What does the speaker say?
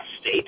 state